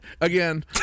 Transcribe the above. again